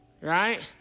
right